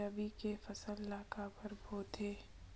रबी के फसल ला काबर बोथे?